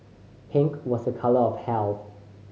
pink was a colour of health